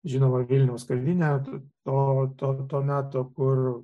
žinoma vilniaus kavinė o to to meto kur